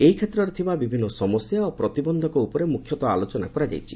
ଏହି କ୍ଷେତ୍ରରେ ଥିବା ବିଭିନ୍ନ ସମସ୍ୟା ଓ ପ୍ରତିବନ୍ଧକ ଉପରେ ମୁଖ୍ୟତଃ ଆଲୋଚନା କରାଯାଇଛି